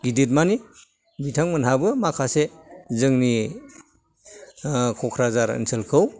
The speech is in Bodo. गिदित मानि बिथांमोनहाबो माखासे जोंनि ओह क'क्राझार ओनसोलखौ